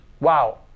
wow